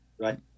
right